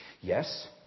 Yes